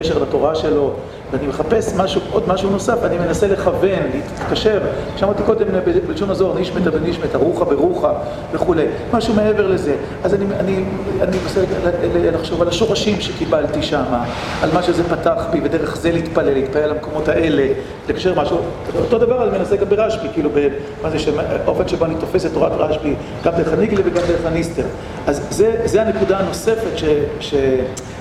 בקשר לתורה שלו. ואני מחפש משהו, עוד משהו נוסף, אני מנסה לכוון, להתקשר שמעתי קודם בלשון הזוהר, נשמת ונשמת, רוחה ורוחה וכולי משהו מעבר לזה אז אני מנסה לחשוב על השורשים שקיבלתי שמה. על מה שזה פתח בי, ודרך זה להתפלל, להתפלל למקומות האלה. לקשר משהו אותו דבר אני מנסה גם ברשבי, כאילו באופן שבו אני תופס את תורת רשבי גם דרך הניגלה וגם דרך הניסתר אז זו הנקודה הנוספת